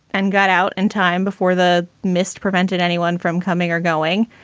and got out in time before the mist prevented anyone from coming or going,